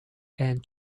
and